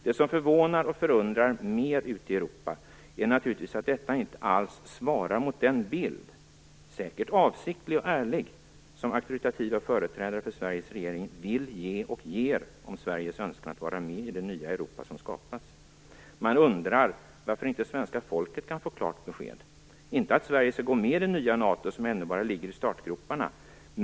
Det som förvånar och som man förundras mer över ute i Europa är naturligtvis att detta inte alls svarar mot den bild - säkert avsiktlig och ärlig - som auktoritativa företrädare för Sveriges regering vill ge och ger av Sveriges önskan att vara med i det nya Europa som skapas. Man undrar varför svenska folket inte kan få klart besked. Det handlar inte om att Sverige skall gå med i det nya NATO som ännu bara ligger i startgroparna.